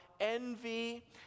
envy